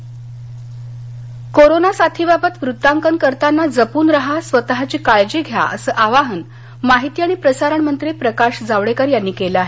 Javadekar corona साथीबाबत वृत्तांकन करताना जपून रहा स्वतची काळजी घ्या असं आवाहन माहिती आणि प्रसारण मंत्री प्रकाश जावडेकर यांनी केलं आहे